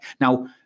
Now